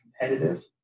competitive